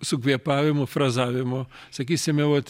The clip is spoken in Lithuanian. su kvėpavimu frazavimo sakysime uot